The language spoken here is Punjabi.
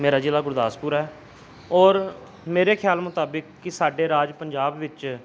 ਮੇਰਾ ਜ਼ਿਲ੍ਹਾ ਗੁਰਦਾਸਪੁਰ ਹੈ ਔਰ ਮੇਰੇ ਖਿਆਲ ਮੁਤਾਬਕ ਕਿ ਸਾਡੇ ਰਾਜ ਪੰਜਾਬ ਵਿੱਚ